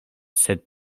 sed